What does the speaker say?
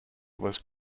was